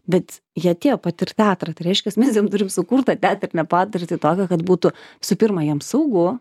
bet jie atėjo patirt teatrą tai reiškias mes jiem turim sukurt tą teatrinę patirtį tokią kad būtų visų pirma jiem saugu